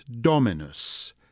Dominus